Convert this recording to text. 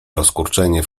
rozkurczenie